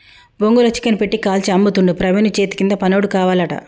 బొంగుల చికెన్ పెట్టి కాల్చి అమ్ముతుండు ప్రవీణు చేతికింద పనోడు కావాలట